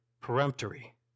peremptory